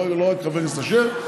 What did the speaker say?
לא רק חבר הכנסת אשר.